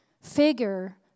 figure